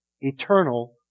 eternal